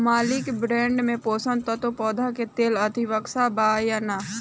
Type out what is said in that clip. Molybdenum पोषक तत्व पौधा के लेल अतिआवश्यक बा या न?